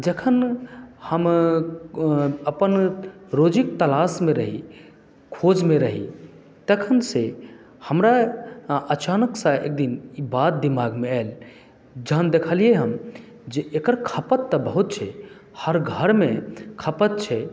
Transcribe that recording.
जखन हम अपन रोजीके तलाशमे रही खोजमे रही तखन से हमरा अचानकसँ एकदिन ई बात दिमागमे आयल जहन देखलियै हम जे एकर खपत तऽ बहुत छै हर घरमे खपत छै